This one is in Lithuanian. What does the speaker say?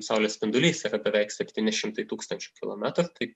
saulės spindulys yra beveik septyni šimtai tūkstančių kilometrų tai